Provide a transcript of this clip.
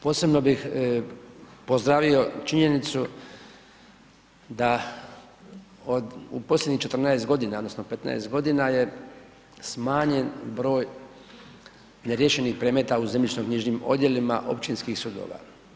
Posebno bih pozdravio činjenicu da u posljednjih 14 godina odnosno 15 godina je smanjen broj neriješenih predmeta u zemljišnoknjižnim odjelima općinskih sudova.